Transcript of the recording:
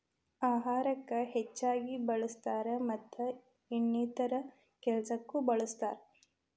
ಅಹಾರಕ್ಕ ಹೆಚ್ಚಾಗಿ ಬಳ್ಸತಾರ ಮತ್ತ ಇನ್ನಿತರೆ ಕೆಲಸಕ್ಕು ಬಳ್ಸತಾರ